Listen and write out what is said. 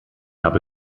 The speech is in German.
habe